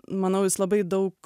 manau jis labai daug